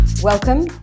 Welcome